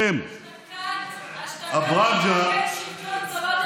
השופט העליון הראשון,